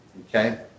Okay